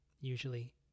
usually